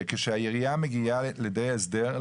שכשהעירייה מגיעה לידי הסדר,